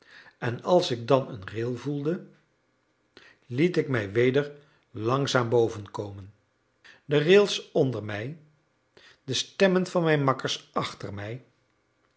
en als ik dan een rail voelde liet ik mij weder langzaam bovenkomen de rails onder mij de stemmen van mijn makkers achter mij